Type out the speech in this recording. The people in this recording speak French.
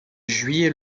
juillet